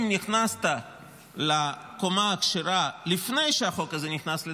אם נכנסת לקומה הכשרה לפני שהחוק הזה נכנס לתוקף,